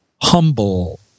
humble